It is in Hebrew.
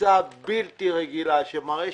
קפיצה בלתי רגילה שמראה